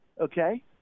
okay